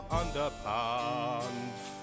underpants